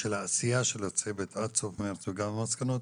העשייה של הצוות עד סוף מרץ וגם המסקנות,